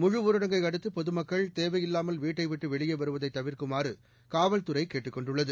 முழுஊரடங்கை அடுத்து பொதுமக்கள் தேவையில்லாமல் வீட்சடவிட்டு வெளியே வருவதை தவிர்க்குமாறு காவல்துறை கேட்டுக் கொண்டுள்ளது